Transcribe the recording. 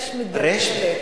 רי"ש מתגלגלת,